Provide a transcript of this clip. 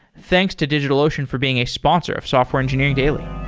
thanks to digitalocean for being a sponsor of software engineering daily